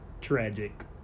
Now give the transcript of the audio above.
tragic